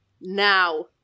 now